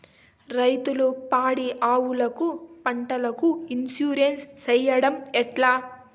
రైతులు పాడి ఆవులకు, పంటలకు, ఇన్సూరెన్సు సేయడం ఎట్లా?